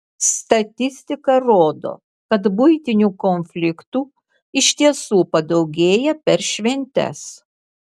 statistika rodo kad buitinių konfliktų iš tiesų padaugėja per šventes